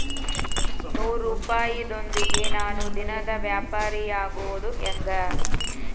ನೂರುಪಾಯದೊಂದಿಗೆ ನಾನು ದಿನದ ವ್ಯಾಪಾರಿಯಾಗೊದ ಹೆಂಗ?